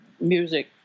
music